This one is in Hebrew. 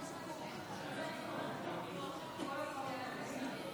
שתי ההצעות תועברנה לוועדת הבריאות להכנה לקריאה ראשונה.